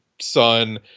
son